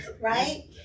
right